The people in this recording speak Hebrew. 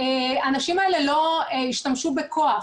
האנשים האלה לא השתמשו בכח.